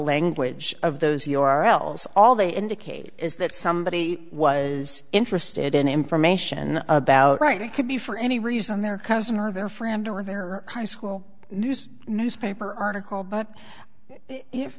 language of those who are else all they indicate is that somebody was interested in information about right it could be for any reason their cousin or their friend or there are high school news newspaper article but if